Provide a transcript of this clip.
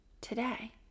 today